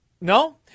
No